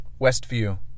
Westview